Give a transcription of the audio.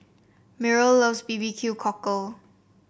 Myrl loves B B Q Cockle